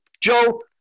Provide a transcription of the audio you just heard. Joe